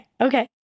Okay